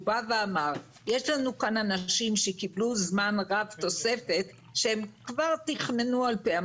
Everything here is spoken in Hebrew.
הוא אמר שיש אנשים שקיבלו זמן רב תוספת שהם כבר תכננו על פיה,